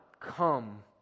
come